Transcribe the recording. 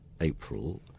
April